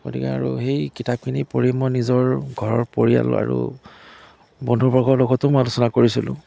গতিকে আৰু সেই কিতাপখিনি পঢ়ি মই নিজৰ ঘৰৰ পৰিয়াল আৰু বন্ধু বৰ্গৰ লগতো মই আলোচনা কৰিছিলোঁ